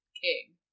king